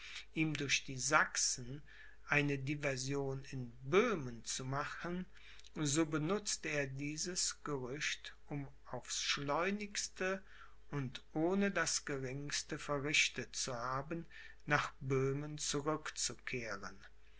ihm durch die sachsen eine diversion in böhmen zu machen so benutzte er dieses gerücht um aufs schleunigste und ohne das geringste verrichtet zu haben nach böhmen